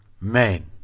men